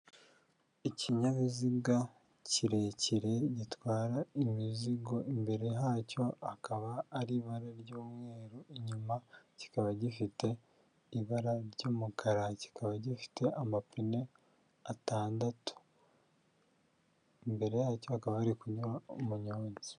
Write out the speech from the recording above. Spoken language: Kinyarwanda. Ikinyabiziga kirekire, gitwara imizigo, imbere hacyo hakaba ari ibara ry'umweru, inyuma kikaba gifite ibara ry'umukara, kikaba gifite amapine atandatu, imbere yacyo hakaba hari kunyuraho umunyonzi.